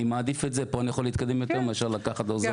פה אני יכול להתקדם יותר מאשר לקחת עוזר